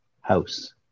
House